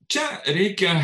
čia reikia